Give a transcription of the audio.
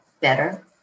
better